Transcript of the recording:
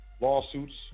lawsuits